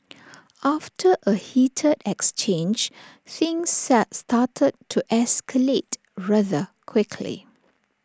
after A heated exchange things started to escalate rather quickly